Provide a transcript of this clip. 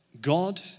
God